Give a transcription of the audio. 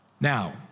Now